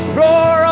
roar